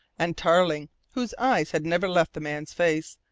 and tarling, whose eyes had never left the man's face,